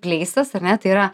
plesas ar ne tai yra